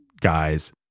guys